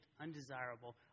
undesirable